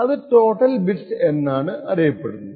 അത് total bits എന്നാണ് അറിയപ്പെടുന്നത്